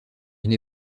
une